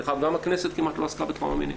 גם הכנסת כמעט לא עסקה בטראומה מינית.